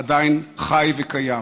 עדיין חי וקיים,